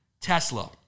Tesla